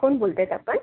कोण बोलत आहेत आपण